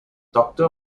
doctor